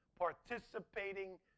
participating